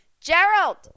Gerald